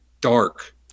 dark